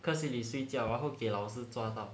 课室里睡觉然后给老师抓到